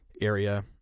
area